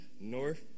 north